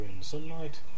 sunlight